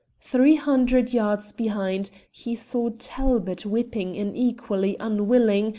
three hundred yards behind, he saw talbot whipping an equally unwilling,